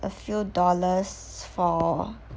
a few dollars for